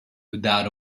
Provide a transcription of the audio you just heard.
without